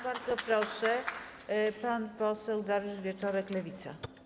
Bardzo proszę, pan poseł Dariusz Wieczorek, Lewica.